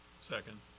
Second